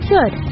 Good